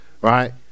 right